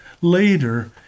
Later